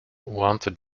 wanted